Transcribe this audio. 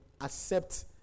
accept